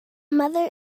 mother